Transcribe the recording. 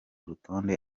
rutonde